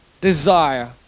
desire